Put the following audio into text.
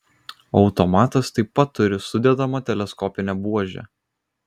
automatas taip pat turi sudedamą teleskopinę buožę